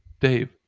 Dave